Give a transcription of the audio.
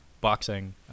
boxing